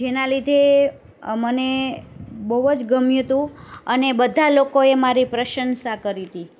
જેના લીધે મને બહુ જ ગમ્યું હતું અને બધા લોકોએ મારી પ્રશંસા કરી તી